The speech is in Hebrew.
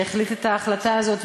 שהחליט את ההחלטה הזאת,